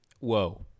Whoa